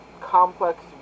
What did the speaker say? complex